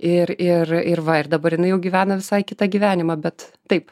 ir ir ir va ir dabar jinai jau gyvena visai kitą gyvenimą bet taip